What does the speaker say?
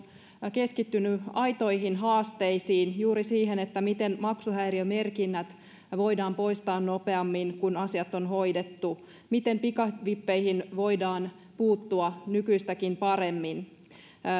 keskittynyt aitoihin haasteisiin juuri siihen miten maksuhäiriömerkinnät voidaan poistaa nopeammin kun asiat on hoidettu ja miten pikavippeihin voidaan puuttua nykyistäkin paremmin